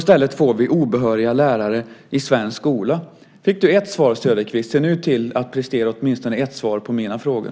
I stället får vi obehöriga lärare i svensk skola. Du fick ett svar, Söderqvist. Se nu till att prestera åtminstone ett svar på mina frågor.